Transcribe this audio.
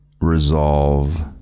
resolve